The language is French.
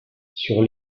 sur